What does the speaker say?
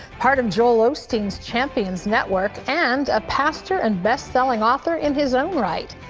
part of joel osteen's champions network, and a pastor and best-selling author in his own right.